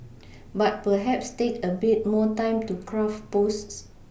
but perhaps take a bit more time to craft posts